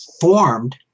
formed